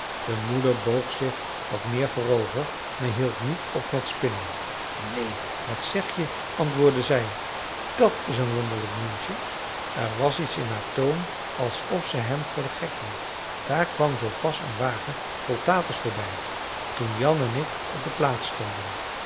de moeder boog zich wat meer voorover maar hield niet op met spinnen neen wat zeg je antwoordde zij dat is een wonderlijk nieuwtje er was iets in haar toon alsof ze hem voor den gek hield daar kwam zoo pas een wagen vol taters voorbij toen jan en ik op de plaats stonden